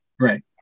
Right